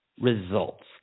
results